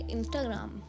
Instagram